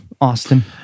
Austin